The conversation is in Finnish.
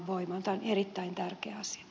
tämä on erittäin tärkeä asia